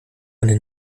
eine